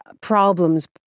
problems